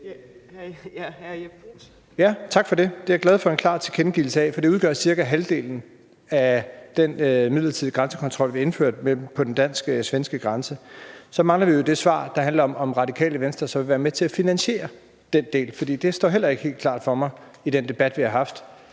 Tak for det. Det er jeg glad for en klar tilkendegivelse af, for det udgør cirka halvdelen af den midlertidige grænsekontrol, vi indførte på den dansk-svenske grænse. Så mangler vi jo et svar på, om Det Radikale Venstre så vil være med til at finansiere den del, for det står heller ikke helt klart for mig i den debat, vi har haft.